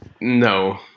No